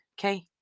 Okay